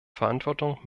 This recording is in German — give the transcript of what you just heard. verantwortung